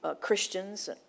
Christians